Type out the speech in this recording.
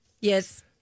Yes